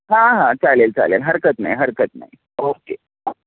हां हां चालेल चालेल हरकत नाही हरकत नाही ओके ह